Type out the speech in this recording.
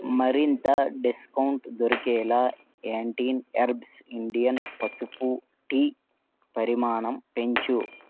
మరింత డిస్కౌంట్ దొరికేలా యాంటీన్ హెర్బ్స్ ఇండియన్ పసుపు టీ పరిమాణం పెంచు